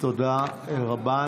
תודה רבה.